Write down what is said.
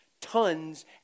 Tons